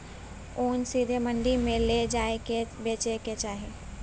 ओन सीधे मंडी मे लए जाए कय बेचे के चाही